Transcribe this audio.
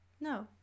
No